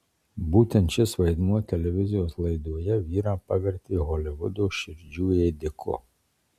būtent šis vaidmuo televizijos laidoje vyrą pavertė holivudo širdžių ėdiku